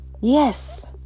Yes